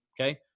Okay